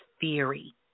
theory